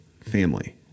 family